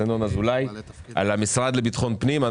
ינון אזולאי בנוגע למשרד לביטחון פנים.